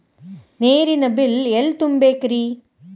ನೇರಿನ ಬಿಲ್ ಎಲ್ಲ ತುಂಬೇಕ್ರಿ?